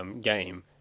game